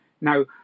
Now